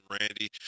Randy